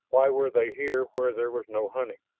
why were they here where there was no hunting?